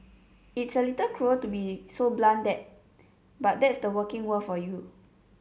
it's a little cruel to be so blunt but that's the working world for you